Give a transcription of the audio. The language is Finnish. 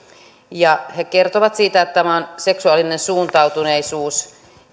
kertovat siitä että tämä on seksuaalinen suuntautuneisuus